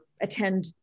attend